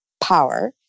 power